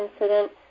incident